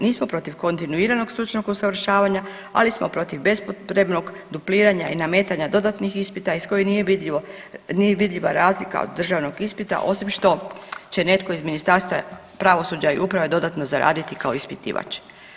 Nismo protiv kontinuiranog stručnog usavršavanja, ali smo protiv bespotrebnog dupliranja i nametanja dodatnih ispita iz kojih nije vidljivo, nije vidljiva razlika od državnog ispita osim što će netko iz Ministarstva pravosuđa i uprave dodatno zaraditi kao ispitivač.